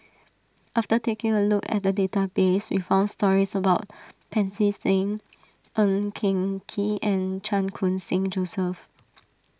after taking a look at the database we found stories about Pancy Seng Ng Eng Kee and Chan Khun Sing Joseph